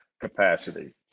capacity